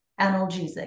analgesic